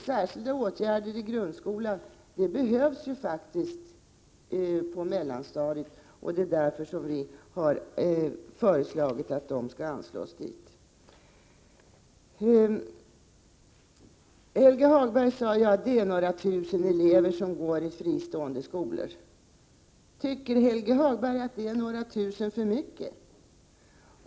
Särskilda åtgärder i grundskolan behövs faktiskt på mellanstadiet, och därför har vi föreslagit att pengarna skall anslås för det ändamålet. Helge Hagberg sade att det är några tusen elever som går i fristående skolor. Tycker Helge Hagberg att det är några tusen för mycket?